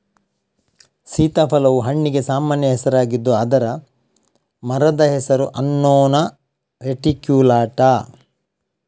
ಸೀತಾಫಲವು ಹಣ್ಣಿಗೆ ಸಾಮಾನ್ಯ ಹೆಸರಾಗಿದ್ದು ಅದರ ಮರದ ಹೆಸರು ಅನ್ನೊನಾ ರೆಟಿಕ್ಯುಲಾಟಾ